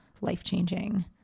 life-changing